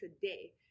today